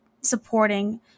supporting